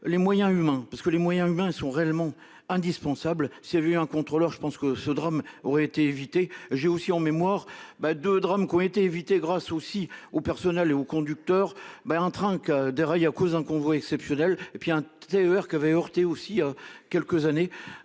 moyens humains, parce que les moyens humains sont réellement indispensable s'il y avait eu un contrôleur je pense que ce drame aurait été évité. J'ai aussi en mémoire. Bah de drames qui ont été évités grâce aussi au personnel et aux conducteurs. Ben un train qui déraille à cause d'un convoi exceptionnel et puis un TER qui avait heurté aussi quelques années